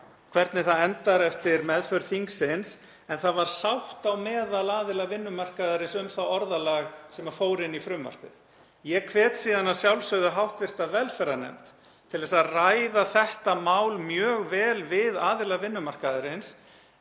hvernig það endar eftir meðferð þingsins, en það var sátt á meðal aðila vinnumarkaðarins um það orðalag sem fór inn í frumvarpið. Ég hvet síðan að sjálfsögðu hv. velferðarnefnd til að ræða þetta mál mjög vel við aðila vinnumarkaðarins